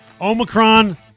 Omicron